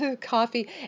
coffee